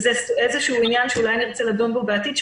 וזה איזשהו עניין שאולי נרצה לדון בו בעתיד,